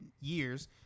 years